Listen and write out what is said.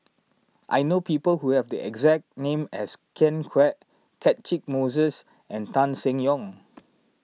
I know people who have the exact name as Ken Kwek Catchick Moses and Tan Seng Yong